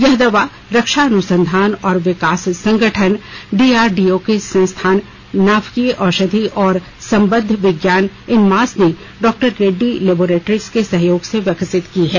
यह दवा रक्षा अनुसंधान और विकास संगठन डीआरडीओ के संस्थान नाभकीय औषधि और संबद्ध विज्ञान इनमास ने डॉक्टर रेड्डी लेबोरेट्रीज के सहयोग से विकसित की है